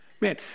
Man